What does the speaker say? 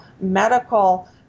medical